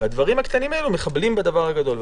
הדברים הקטנים האלה מחבלים בדבר הגדול.